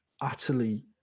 utterly